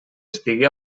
estigui